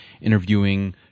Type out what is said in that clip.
interviewing